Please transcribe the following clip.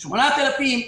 8,000,